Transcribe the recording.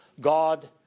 God